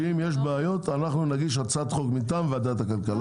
שאם יש בעיות אנחנו נגיש הצעת חוק מטעם ועדת הכלכלה.